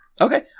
okay